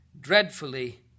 dreadfully